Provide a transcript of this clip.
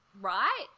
right